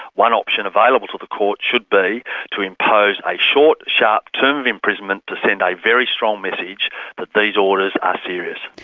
one option available to the court should be to impose a short, sharp term of imprisonment to send a very strong message that these orders are serious.